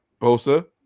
Bosa